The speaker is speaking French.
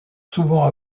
souvent